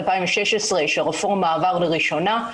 שהרפורמה עברה לראשונה,